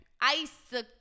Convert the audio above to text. ice